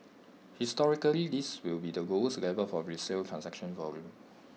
historically this will be lowest level for resale transaction volume